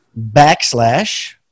backslash